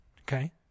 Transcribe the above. okay